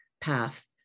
path